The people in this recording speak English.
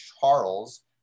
Charles